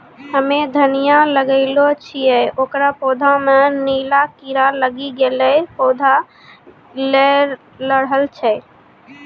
हम्मे धनिया लगैलो छियै ओकर पौधा मे नीला कीड़ा लागी गैलै पौधा गैलरहल छै?